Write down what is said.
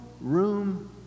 room